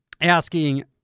asking